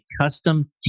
custom